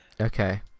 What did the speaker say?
Okay